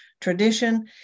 tradition